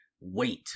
Wait